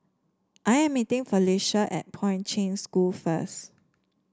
I am meeting Felisha at Poi Ching School first